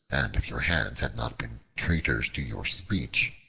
and if your hands had not been traitors to your speech.